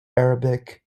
arabic